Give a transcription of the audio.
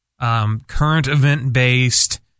current-event-based